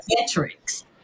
metrics